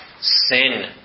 Sin